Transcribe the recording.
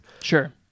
Sure